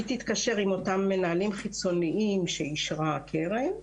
היא תתקשר עם אותם מנהלים חיצוניים שאישרה הקרן,